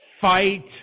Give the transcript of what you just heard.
fight